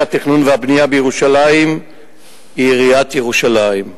התכנון והבנייה בירושלים הוא עיריית ירושלים.